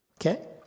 Okay